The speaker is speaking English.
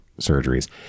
surgeries